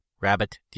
rabbit